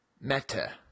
Meta